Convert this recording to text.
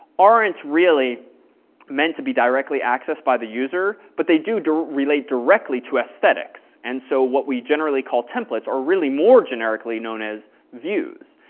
aren't really meant to be directly accessed by the user but they do do relate directly to aesthetics, and so what we generally call templates are really more generically known as views.